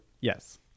Yes